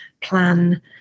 plan